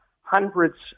hundreds